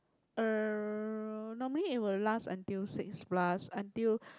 uh normally it will last until six plus until